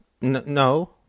No